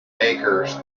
acres